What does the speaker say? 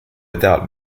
without